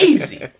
Easy